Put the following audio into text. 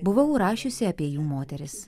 buvau rašiusi apie jų moteris